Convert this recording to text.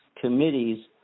Committee's